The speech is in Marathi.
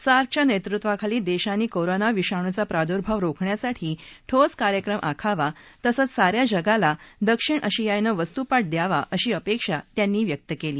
सार्कच्या नक्त्विवाखाली दर्शानी कोरोना विषाणूचा प्रादुर्भाव रोखण्यासाठी ठोस कार्यक्रम आखावा तसंच सा या जगाला दक्षिण आशियानएक वस्तुपाठ द्यावा अशी अपक्षी त्यांनी व्यक्त क्ली